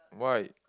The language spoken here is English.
why